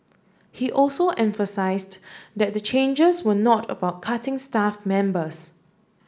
he also emphasised that the changes were not about cutting staff members